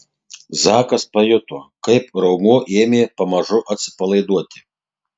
zakas pajuto kaip raumuo ėmė pamažu atsipalaiduoti